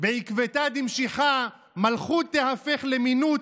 "בעקבות דמשיחא, מלכות תהפך למינות,